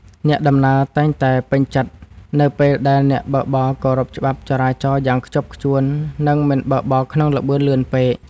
អ្នកដំណើរតែងតែពេញចិត្តនៅពេលដែលអ្នកបើកបរគោរពច្បាប់ចរាចរណ៍យ៉ាងខ្ជាប់ខ្ជួន និងមិនបើកបរក្នុងល្បឿនលឿនពេក។